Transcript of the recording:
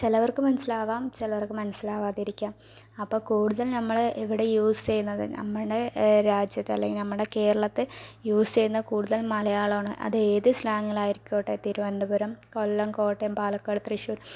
ചിലവർക്ക് മനസ്സിലാവാം ചിലവർക്ക് മനസ്സിലാവാതിരിക്കാം അപ്പോൾ കൂടുതൽ നമ്മള് ഇവിടെ യൂസ് ചെയ്യുന്നത് നമ്മുടെ രാജ്യത്ത് അല്ലെങ്കിൽ നമ്മുടെ കേരളത്ത് യൂസ് ചെയ്യുന്നത് കൂടുതൽ മലയാളമാണ് അത് ഏത് സ്ലാങ്ങിൽ ആയിക്കോട്ടെ തിരുവനന്തപുരം കൊല്ലം കോട്ടയം പാലക്കാട് തൃശ്ശൂർ